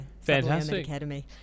Fantastic